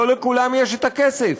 לא לכולם יש כסף,